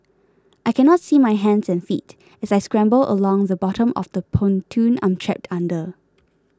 I cannot see my hands and feet as I scramble along the bottom of the pontoon I'm trapped under